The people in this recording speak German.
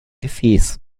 gefäß